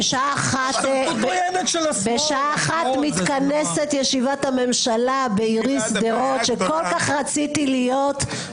בשעה 13:00 מתכנסת ישיבת הממשלה בעירי שדרות שכל כך רציתי להיות בה,